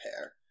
pair